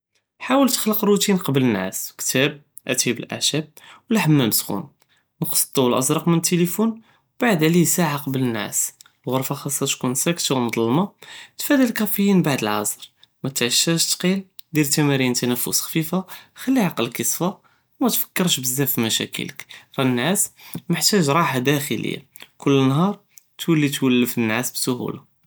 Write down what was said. חאול תחלוק רוטין קבל אלנעאס כתאב, אטאי באלעשאב ו לא חמאם סחון, נקעז אלדו אלעזראק מן אלטלפון ו בדעליה שעה קבל אלנעאס, אלחדרה חסחה tkun סאקתא ומזלמה תפעדי אלקאפין בדעל אלעצר מא תתעשאש תקיל, דר תמארין תנפאס חפיפה חלילי עקלכ יספה ומא תפקראש בזאף פמשאכילכ ראח אלנעאס מחתאג רחא דח'ליה, כל נהר תולי תולף אלנעאס בסטוחה.